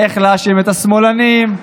איך להאשים את השמאלנים,